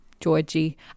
Georgie